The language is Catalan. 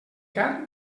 carn